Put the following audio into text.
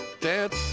dance